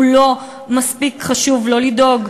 לא מספיק חשוב לו לדאוג,